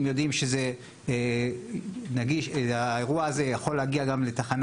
אם יודעים שהאירוע הזה יכול להגיע לתחנה